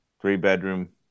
three-bedroom